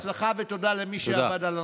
בהצלחה, ותודה למי שעבד על הנושא.